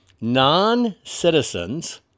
non-citizens